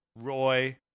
Roy